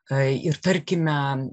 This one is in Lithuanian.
ir tarkime